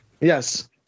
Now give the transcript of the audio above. Yes